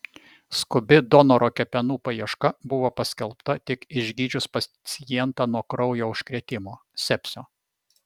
skubi donoro kepenų paieška buvo paskelbta tik išgydžius pacientą nuo kraujo užkrėtimo sepsio